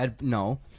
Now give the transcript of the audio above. No